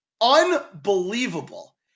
Unbelievable